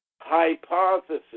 hypothesis